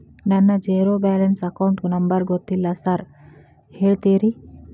ನನ್ನ zero balance account number ಗೊತ್ತಿಲ್ಲ sir ಹೇಳ್ತೇರಿ?